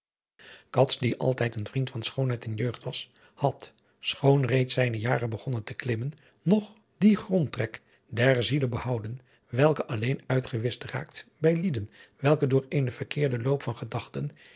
die altijd een vriend van schoonheid en jeugd was had schoon reeds zijne jaren begonnen te klimmen nog dien dien grondtrek der ziele behouden welke alleen uitgewischt raakt bij lieden welke door eenen verkeerden loop van gedachten